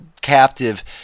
captive